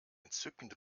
entzückende